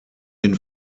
den